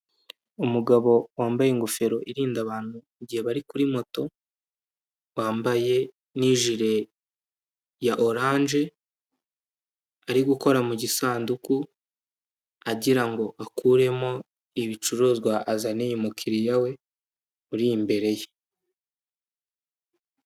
Umugabo wambaye ingofero irinda abantu igihe bari kuri moto, wambaye n'ijire ya oranje, ari gukora mu gisanduku agira ngo akuremo ibicuruzwa azaniye umukiliya we, uri imbere ye.